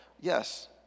Yes